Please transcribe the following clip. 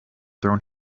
thrown